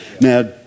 Now